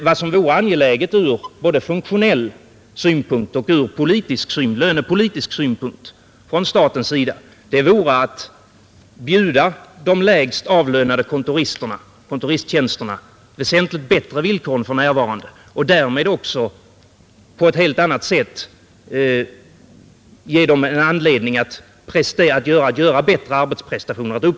Vad som vore angeläget både från funktionell och lönepolitisk synpunkt vore att bjuda de lägst avlönade kontoristerna väsentligt bättre villkor än de för närvarande har och därmed också på ett helt annat sätt uppmuntra dem att göra bättre arbetsprestationer.